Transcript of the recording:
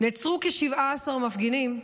נעצרו כ-17 מפגינים,